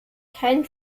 kein